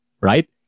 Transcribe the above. Right